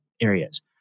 areas